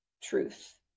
truth